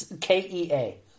K-E-A